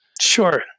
Sure